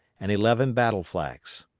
and eleven battle flags.